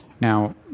Now